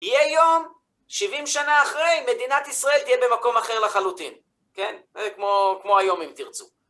יהיה יום שבעים שנה אחרי, מדינת ישראל תהיה במקום אחר לחלוטין, כן? זה כמו... כמו היום, אם תרצו.